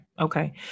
Okay